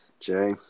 Jay